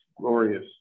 glorious